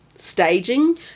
staging